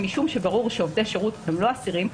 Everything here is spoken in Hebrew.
משום שברור שעובדי שירות הם לא אסירים,